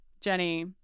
Jenny